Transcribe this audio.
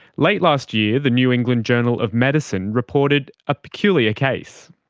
late last year, the new england journal of medicine reported a peculiar case.